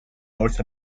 north